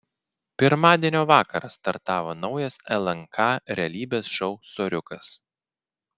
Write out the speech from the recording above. pirmadienio vakarą startavo naujas lnk realybės šou soriukas